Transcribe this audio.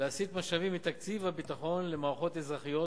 להסיט משאבים מתקציבי הביטחון למערכות אזרחיות,